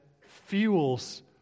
fuels